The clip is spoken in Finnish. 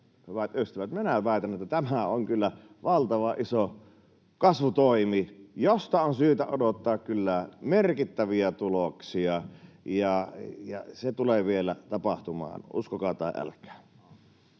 hyvät ystävät, että tämä on kyllä valtavan iso kasvutoimi, josta on syytä odottaa merkittäviä tuloksia, ja se tulee vielä tapahtumaan, uskokaa tai älkää.